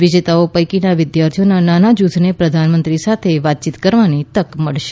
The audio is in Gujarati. વિજેતાઓ પૈકીના વિદ્યાર્થીઓના નાના જૂથને પ્રધાનમંત્રી સાથે વાતચીત કરવાની તક મળશે